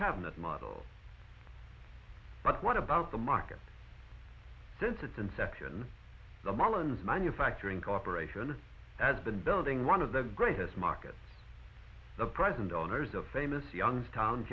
cabinet model but what about the market since its inception the marlins manufacturing cooperation has been building one of the greatest markets the present owners of famous youngstown